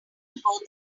ago